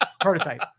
Prototype